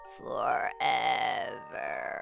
forever